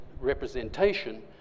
representation